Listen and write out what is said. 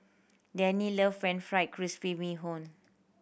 Dannie love friend fried crispy bee hoon